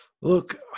Look